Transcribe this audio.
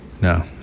No